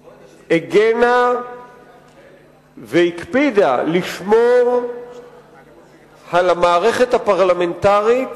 היא הגנה והקפידה לשמור על המערכת הפרלמנטרית,